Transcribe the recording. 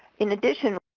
in addition,